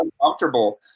uncomfortable